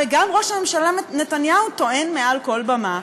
הרי גם ראש הממשלה נתניהו טוען מעל כל במה,